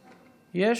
אוקיי.